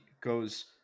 goes